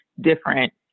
different